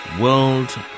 world